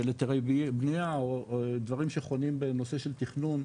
של היתרי בנייה או דברים שחונים בנושא של תכנון,